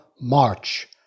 March